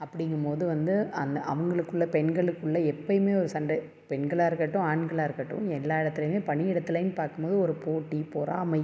அப்படிங்கும் போது வந்து அந்த அவங்களுக்குள்ளே பெண்களுக்குள்ளே எப்போயுமே ஒரு சண்டை பெண்களாக இருக்கட்டும் ஆண்களாக இருக்கட்டும் எல்லா இடத்துலேயுமே பணியிடத்துலேயும் பார்க்கும் போது ஒரு போட்டிப் பொறாமை